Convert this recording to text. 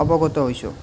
অৱগত হৈছোঁ